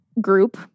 group